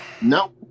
No